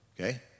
okay